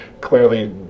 clearly